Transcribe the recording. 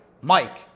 Mike